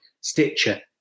Stitcher